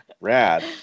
rad